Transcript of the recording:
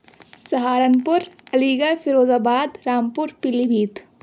Saharanpur Aligarh Firozabad Rampur پیلی بھیت